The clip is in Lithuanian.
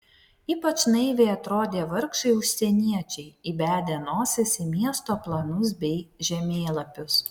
ypač naiviai atrodė vargšai užsieniečiai įbedę nosis į miesto planus bei žemėlapius